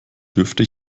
dürfte